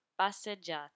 Passeggiata